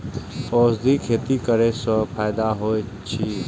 औषधि खेती करे स फायदा होय अछि?